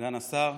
סגן השר,